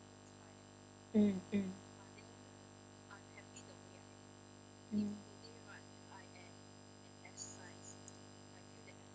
mm mm mm